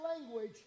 language